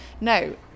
No